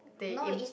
they im~